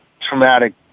traumatic